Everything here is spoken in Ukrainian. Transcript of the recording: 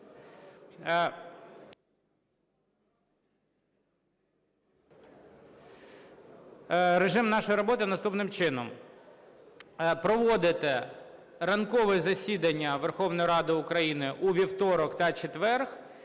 режиму нашої роботи наступним чином. Проводити ранкове засідання Верховної Ради України у вівторок та четвер